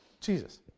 Jesus